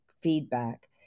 feedback